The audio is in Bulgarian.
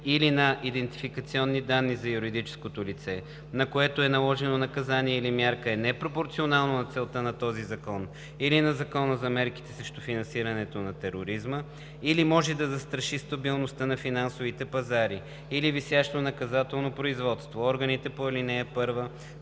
или на идентификационни данни – за юридическото лице, на което е наложено наказание или мярка, е непропорционално на целта на този закон или на Закона за мерките срещу финансирането на тероризма, или може да застраши стабилността на финансовите пазари или висящо наказателно производство, органите по ал. 1